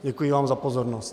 Děkuji vám za pozornost.